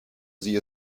sie